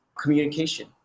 communication